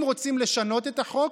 אם רוצים לשנות את החוק,